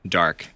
dark